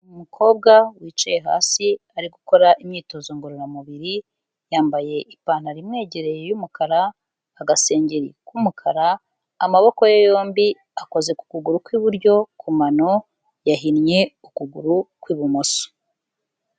Umukobwa wicaye hasi ari gukora imyitozo ngororamubiri, yambaye ipantaro imwegereye y'umukara, agasengeri k'umukara, amaboko ye yombi akoze ku kuguru kw'iburyo, ku mano yahinnye ukuguru kw'ibumoso.